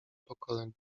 pokoleń